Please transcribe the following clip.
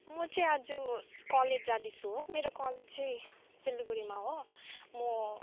म चाहिँ आज कलेज जाँदैछु हो मेरो कलेज चाहिँ सिलगढीमा हो म